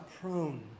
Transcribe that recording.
prone